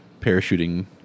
parachuting